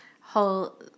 whole